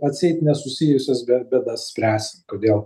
atseit nesusijusias bė bėdas spręsim kodėl